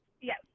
yes